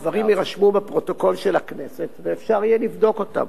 הדברים יירשמו בפרוטוקול של הכנסת ואפשר יהיה לבדוק אותם.